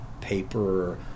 paper